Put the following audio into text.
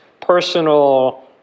personal